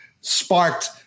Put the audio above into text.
sparked